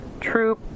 true